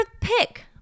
pick